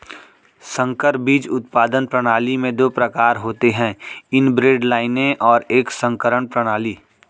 संकर बीज उत्पादन प्रणाली में दो प्रकार होते है इनब्रेड लाइनें और एक संकरण प्रणाली